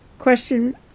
Question